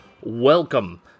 Welcome